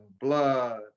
blood